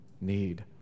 need